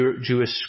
Jewish